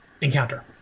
encounter